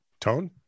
Tone